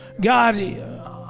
God